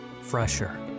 fresher